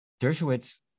Dershowitz